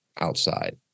outside